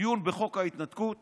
בדיון בחוק ההתנתקות